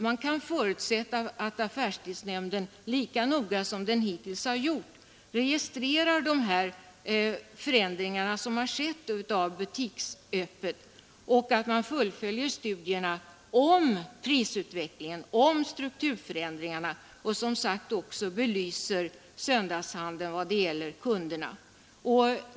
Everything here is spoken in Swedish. Man kan förutsätta att affärstidsnämnden lika noggrant som hittills registrerar de förändringar som sker i butiksöppethållandet och att nämnden fullföljer studierna om prisutvecklingen och strukturförändringarna samt belyser söndagshandeln och dess kunder.